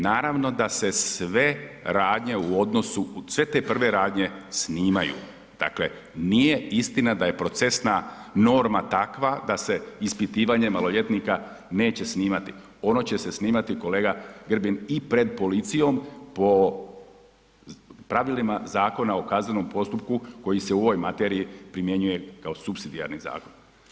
Naravno da se sve radnje u odnosu, sve te prve radnje snimaju, dakle nije istina da je procesna norma takva da se ispitivanje maloljetnika neće snimati, ono će se snimati kolega Grbin i pred policijom po pravilima Zakona o kaznenom postupku koji se u ovoj materiji primjenjuje kao supsidijarni zakon.